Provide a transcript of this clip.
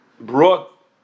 brought